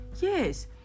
yes